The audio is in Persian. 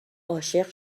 عاشق